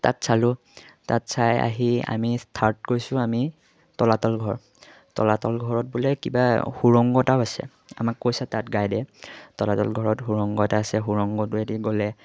তাত চালোঁ তাত চাই আহি আমি থাৰ্ড কৈছোঁ আমি তলাতল ঘৰ তলাতল ঘৰত বোলে কিবা সুৰংগ এটাও আছে আমাক কৈছে তাত গাইডে তলাতল ঘৰত সুৰংগ এটা আছে সুৰংগটোৱেদি গ'লে